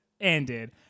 ended